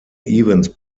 evans